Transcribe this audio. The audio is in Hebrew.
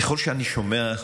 ככל שאני שומע,